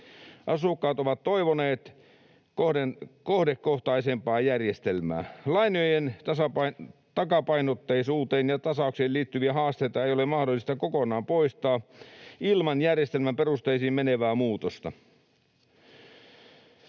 Asukkaat ovat toivoneet kohdekohtaisempaa järjestelmää. Lainojen takapainotteisuuteen ja tasaukseen liittyviä haasteita ei ole mahdollista kokonaan poistaa ilman järjestelmän perusteisiin menevää muutosta.